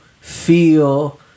feel